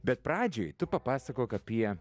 bet pradžioj tu papasakok apie